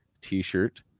t-shirt